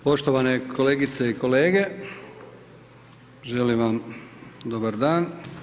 Poštovane kolegice i kolege, želim vam dobar dan.